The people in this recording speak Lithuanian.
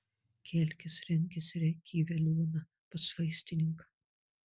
kelkis renkis ir eik į veliuoną pas vaistininką